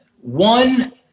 one